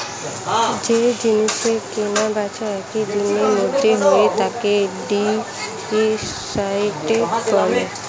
যেই জিনিসের কেনা বেচা একই দিনের মধ্যে হয় তাকে ডে ট্রেডিং বলে